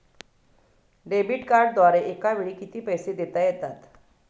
Debit कार्डद्वारे एकावेळी किती पैसे देता येतात?